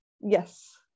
Yes